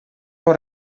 pot